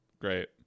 Great